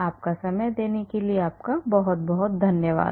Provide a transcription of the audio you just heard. आपका समय देने के लिए आपका बहुत बहुत धन्यवाद